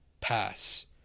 pass